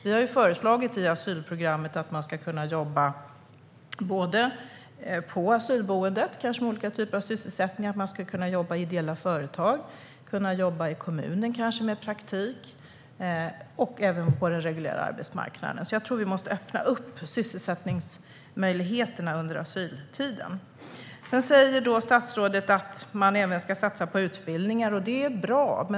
Vi har i asylprogrammet föreslagit att människor ska kunna jobba på asylboendet med olika typer av sysselsättningar och att människor ska kunna jobba i ideella företag. Kanske skulle de kunna jobba i kommunen, med praktik, och även på den reguljära arbetsmarknaden. Jag tror alltså att vi måste öppna upp sysselsättningsmöjligheterna under asyltiden. Statsrådet säger att vi även ska satsa på utbildningar, och det är bra.